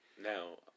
Now